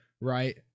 right